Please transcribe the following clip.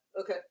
okay